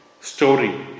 story